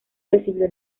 recibió